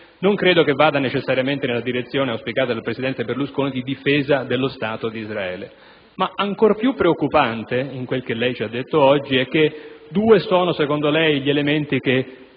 non credo vada necessariamente nella direzione auspicata dal presidente Berlusconi di difesa dello Stato d'Israele. Ancora più preoccupante in quel che lei ci ha detto oggi è che due sono, secondo lei, gli elementi che